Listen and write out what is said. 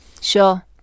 sure